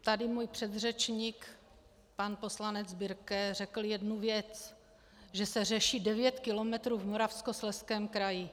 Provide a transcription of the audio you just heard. Tady můj předřečník pan poslanec Birke řekl jednu věc: že se řeší devět kilometrů v Moravskoslezském kraji.